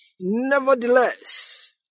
Nevertheless